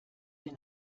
wir